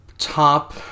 top